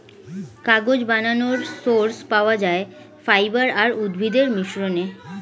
কাগজ বানানোর সোর্স পাওয়া যায় ফাইবার আর উদ্ভিদের মিশ্রণে